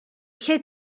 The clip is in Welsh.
lle